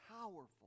powerful